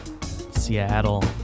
Seattle